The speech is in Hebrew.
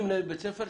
אני מנהל בית ספר.